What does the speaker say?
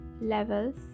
levels